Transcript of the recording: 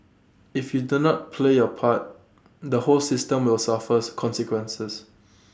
if you do not play your part the whole system will suffers consequences